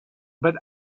but